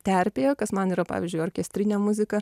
terpėje kas man yra pavyzdžiui orkestrinė muzika